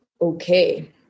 okay